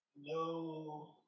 no